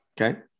Okay